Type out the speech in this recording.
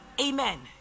Amen